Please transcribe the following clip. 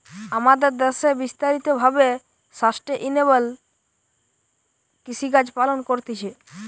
আমাদের দ্যাশে বিস্তারিত ভাবে সাস্টেইনেবল কৃষিকাজ পালন করতিছে